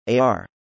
AR